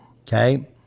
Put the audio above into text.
Okay